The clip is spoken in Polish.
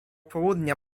południa